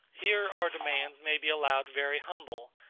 here our demands may be allowed very humble,